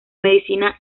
medicina